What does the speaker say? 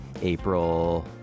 April